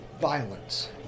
violence